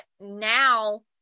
now